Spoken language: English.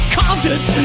concerts